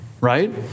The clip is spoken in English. right